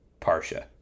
Parsha